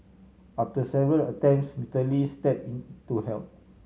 after several attempts Mister Lee step in to help